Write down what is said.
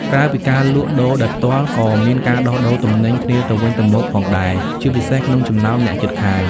ក្រៅពីការលក់ដូរដោយផ្ទាល់ ក៏មានការដោះដូរទំនិញគ្នាទៅវិញទៅមកផងដែរ ជាពិសេសក្នុងចំណោមអ្នកជិតខាង។